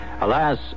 Alas